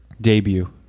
debut